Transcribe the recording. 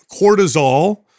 cortisol